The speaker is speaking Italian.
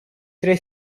tre